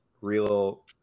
real